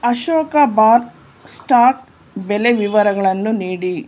Ashoka bar stock ಬೆಲೆ ವಿವರಗಳನ್ನು ನೀಡಿ